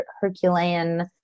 Herculean